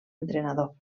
entrenador